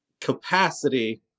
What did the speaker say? capacity